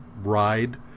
ride